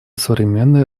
современной